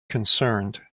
concerned